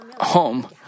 home